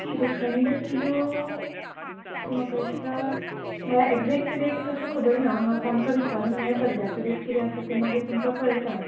shrikhand kilo म्हाका दिसता म्हळ्यार ऍगझेट रेट तसो खबर ना हांव तांकां विचारून सध्याचो रेट किदें आसा तो तुमका कळयता